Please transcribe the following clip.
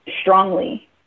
strongly